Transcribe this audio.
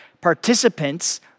participants